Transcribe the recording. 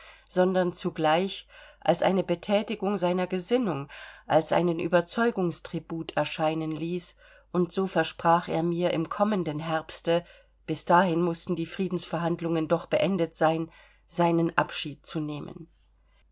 sondern zugleich als eine bethätigung seiner gesinnung als einen überzeugungstribut erscheinen ließ und so versprach er mir im kommenden herbste bis dahin mußten die friedensverhandlungen doch beendet sein seinen abschied zu nehmen